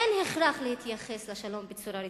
אין הכרח להתייחס לשלום בצורה רצינית,